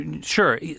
Sure